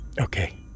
Okay